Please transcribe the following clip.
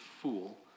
fool